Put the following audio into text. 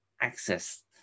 access